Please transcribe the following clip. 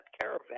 caravan